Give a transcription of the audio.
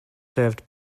served